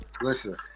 Listen